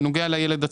בנוגע לילד עצמו.